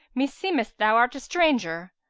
meseemeth thou art a stranger?